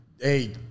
Hey